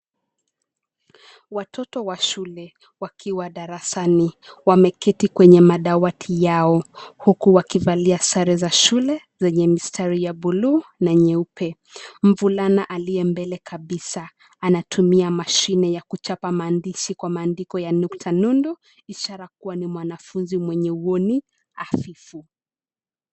Watoto wa shule wakiwa darasani wameketi kwenye madawati yao huku wakivalia sare za shule zenye mistari ya buluu na nyeupe. Mvulana aliye mbele kabisa anatumia mashine ya kuchapa maandishi kwa maandiko ya nukta nundu ishara kuwa ni mwanafunzi mwenye uoni hafifu.